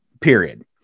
period